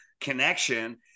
connection